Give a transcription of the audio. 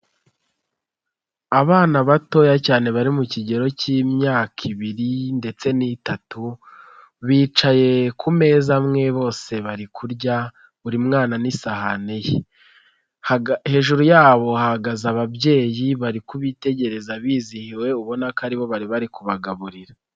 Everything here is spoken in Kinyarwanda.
Abana batoya cyane bari mu kigero k'imyaka ibiri ndetse n'itatu, bicaye ku meza amwe bose bari kurya, buri mwana n'isahani ye hejuru yabo hahagaze ababyeyi bari kubitegereza bizihiwe ubona ko aribo bari bari kubagaburira.